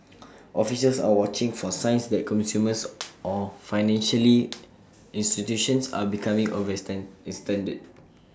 officials are watching for signs that or financially institutions are becoming extended